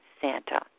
Santa